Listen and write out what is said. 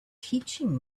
teaching